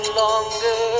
longer